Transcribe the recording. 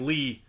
Lee